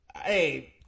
Hey